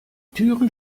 türen